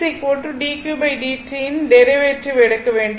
i dqdt யின் derivative எடுக்க வேண்டும்